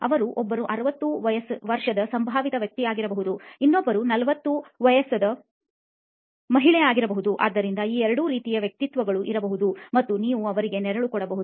ಅವರು ಒಬ್ಬರು ಅರವತ್ತು ವರ್ಷದ ಸಂಭಾವಿತ ವ್ಯಕ್ತಿಯಾಗಬಹುದು ಇನ್ನೊಬ್ಬರು ನಲವತ್ತು ವರ್ಷದ ಮಹಿಳೆ ಆಗಿರಬಹುದುಆದ್ದರಿಂದ ಈ ಎರಡು ರೀತಿಯ ವ್ಯಕ್ತಿತ್ವಗಳು ಇರಬಹುದು ಮತ್ತು ನೀವು ಅವರಿಗೆ ನೆರಳು ಕೊಡಬಹುದು